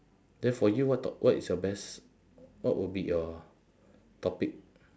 then for you what to~ what is your best what will be your topic